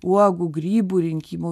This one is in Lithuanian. uogų grybų rinkimu